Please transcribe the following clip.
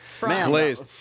glazed